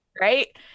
Right